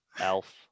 Elf